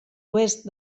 oest